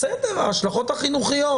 ההשלכות החינוכיות,